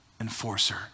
enforcer